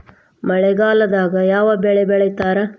ಮಳೆಗಾಲದಾಗ ಯಾವ ಬೆಳಿ ಬೆಳಿತಾರ?